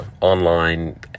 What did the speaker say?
online